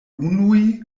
unuj